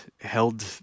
held